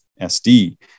SD